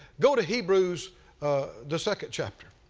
go to hebrews the second chapter.